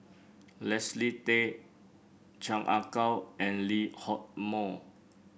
Leslie Tay Chan Ah Kow and Lee Hock Moh